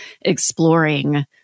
exploring